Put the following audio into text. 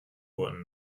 wurden